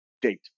date